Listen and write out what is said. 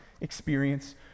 experience